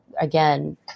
again